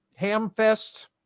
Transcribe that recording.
Hamfest